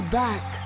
back